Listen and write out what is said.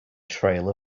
trail